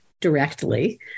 directly